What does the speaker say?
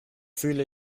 fühle